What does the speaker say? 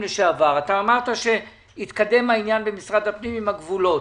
אמרת שהתקדם העניין במשרד הפנים עם הגבולות.